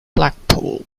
blackpool